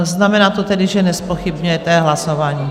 Znamená to tedy, že nezpochybňujete hlasování?